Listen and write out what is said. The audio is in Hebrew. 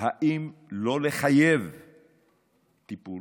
אם לא לחייב טיפול.